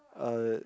uh